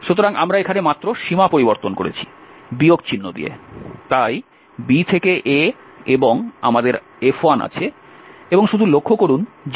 সুতরাং আমরা এখানে মাত্র সীমা পরিবর্তন করেছি বিয়োগ চিহ্ন দিয়ে তাই b থেকে a এবং আমাদের F1আছে এবং শুধু লক্ষ্য করুন যে y কম্পোনেন্ট হল g2